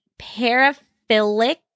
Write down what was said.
paraphilic